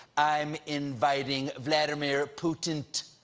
i'm inviting vladimir putin't